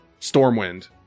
Stormwind